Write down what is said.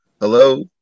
Hello